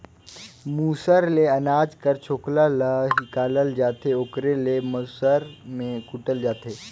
मूसर ले अनाज कर छोकला ल हिंकालल जाथे ओकरे ले मूसर में कूटल जाथे